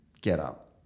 get-up